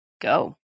go